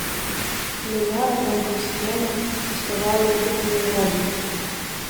lina bankauskienė atstovauja įmonei rodžiai